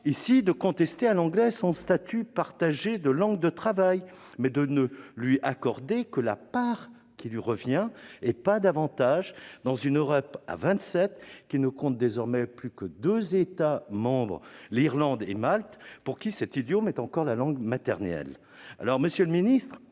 ici de contester à l'anglais son statut partagé de langue de travail, mais de ne lui accorder que la part qui lui revient, et pas davantage, dans une Europe à vingt-sept qui ne compte désormais plus que deux États membres, l'Irlande et Malte, pour qui cet idiome est la langue officielle. Monsieur le secrétaire